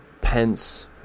pence